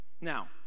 Now